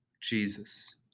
Jesus